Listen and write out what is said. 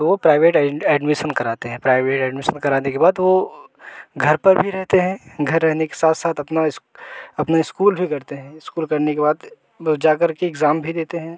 तो वो private admission कराते हैं प्राइवे एडमिसन कराने के बाद वो घर पर भी रहते हैं घर रहने के साथ साथ अपना अपने स्कूल भी करते हैं स्कूल करने के बाद वो जा करके एग्ज़ाम भी देते हैं